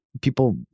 people